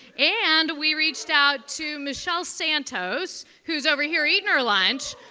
and we reached out to michelle santos who's over here eating her lunch,